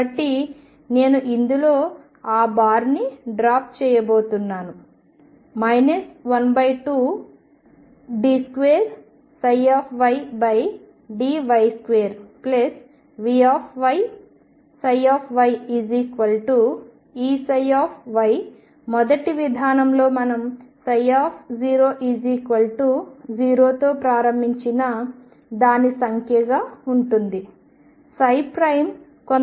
కాబట్టి నేను ఇందులో ఆ బార్ని డ్రాప్ చేయబోతున్నాను 12d2ydy2V ψyEψ మొదటి విధానంలో మనం 00 తో ప్రారంభించిన దాని సంఖ్యగా ఉంటుంది కొంత సంఖ్యకు సమానం